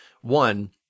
One